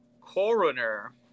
coroner